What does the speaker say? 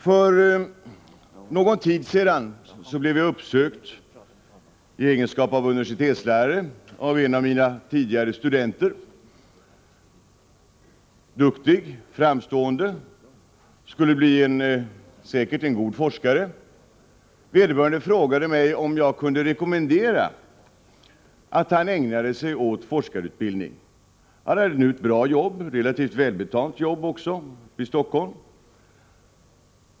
För någon tid sedan blev jag i egenskap av universitetslärare uppsökt av en av mina tidigare studenter — duktig, framstående, skulle säkert kunna bli en god forskare. Vederbörande frågade mig om jag kunde rekommendera att han ägnade sig åt forskarutbildning. Han hade nu ett bra jobb, relativt välbetalt, i Stockholm.